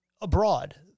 abroad